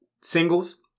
singles